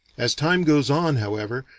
as time goes on, however,